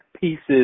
pieces